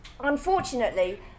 Unfortunately